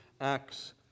acts